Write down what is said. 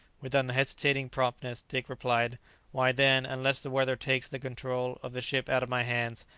with unhesitating promptness dick replied why, then, unless the weather takes the control of the ship out of my hands,